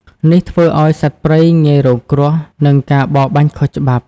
នេះធ្វើឱ្យសត្វព្រៃងាយរងគ្រោះនឹងការបរបាញ់ខុសច្បាប់។